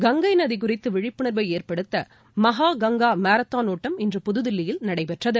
கங்கை நதி குறித்து விழிப்புணர்வை ஏற்படுத்த மகா கங்கா மாரத்தான் ஒட்டம் இன்று புதுதில்லியில் நடைபெற்றது